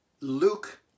Luke